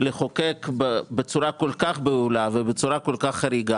לחוקק בצורה כל כך בהולה ובצורה כל כך חריגה,